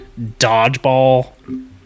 dodgeball